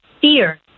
fear